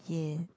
ya